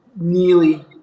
nearly